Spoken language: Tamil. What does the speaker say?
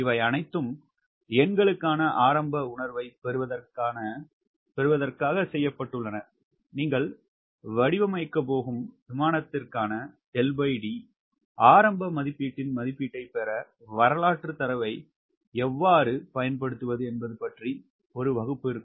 இவை அனைத்தும் எண்களுக்கான ஆரம்ப உணர்வைப் பெறுவதற்காக செய்யப்பட்டுள்ளன நீங்கள் வடிவமைக்கப் போகும் விமானத்திற்கான LD ஆரம்ப மதிப்பீட்டின் மதிப்பீட்டைப் பெற வரலாற்றுத் தரவை எவ்வாறு பயன்படுத்துவது என்பது பற்றி ஒரு வகுப்பு இருக்கும்